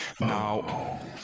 Now